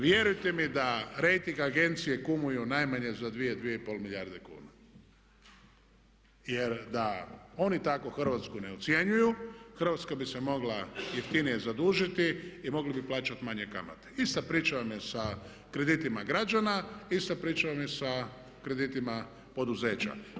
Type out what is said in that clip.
Vjerujete mi da rejting agencije kumuju najmanje za dvije, dvije i pol milijarde kuna jer da oni tako Hrvatsku ne ucjenjuju Hrvatska bi se mogla jeftinije zadužiti i mogli bi plaćati manje kamate ista pričama o kreditima građana ista pričama vam je sa kreditima poduzeća.